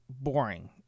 boring